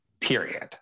period